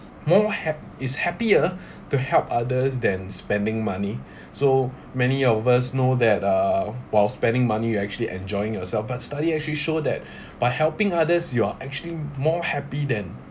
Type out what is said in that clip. more hap~ is happier to help others than spending money so many of us know that uh while spending money you actually enjoying yourself but study actually show that by helping others you are actually more happy than